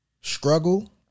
struggle